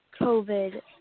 COVID